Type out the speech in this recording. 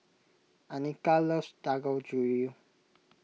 Annika loves Dangojiru